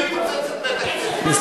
בפיצוץ בית-הכנסת, מי פוצץ את בית-הכנסת?